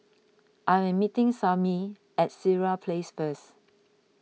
I am meeting Sammie at Sireh Place first